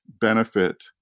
benefit